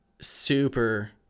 super